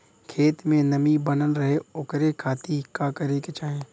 खेत में नमी बनल रहे ओकरे खाती का करे के चाही?